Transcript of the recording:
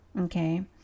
Okay